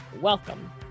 Welcome